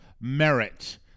merit